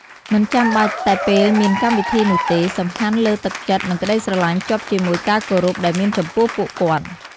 មិនចាំបាច់តែពេលមានកម្មវិធីនោះទេ សំខាន់លើទឹកចិត្ត និងក្ដីស្រឡាញ់ភ្ជាប់ជាមួយការគោរពដែលមានចំពោះពួកគាត់។